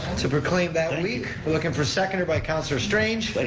to proclaim that week, we're looking, for seconded by councilor strange. like